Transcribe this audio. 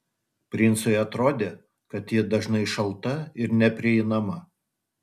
princui atrodė kad ji dažnai šalta ir neprieinama